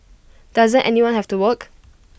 doesn't anyone have to work